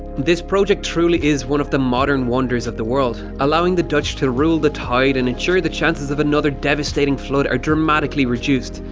this project truly is one of the modern wonders of the world. allowing the dutch to rule the tide and ensure the chances of another devastating flood are dramatically reduced,